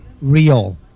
real